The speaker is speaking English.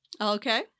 Okay